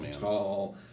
tall